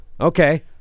okay